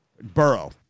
Burrow